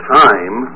time